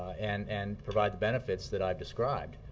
and and provide the benefits that i've described.